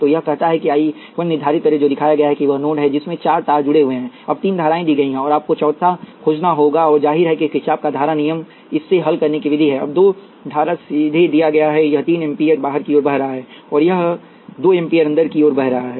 तो यह कहता है I 1 निर्धारित करें जो दिखाया गया है वह नोड है जिसमें चार तार जुड़े हुए हैं अब तीन धाराएं दी गई हैं और आपको चौथा खोजना होगा और जाहिर है किरचॉफ का धारा नियमइसे हल करने की विधि है अब दो धारा सीधे दिया गया यह तीन एम्पीयर बाहर की ओर बह रहा है और यह 2 एम्पीयर अंदर की ओर बह रहा है